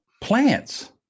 plants